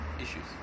Issues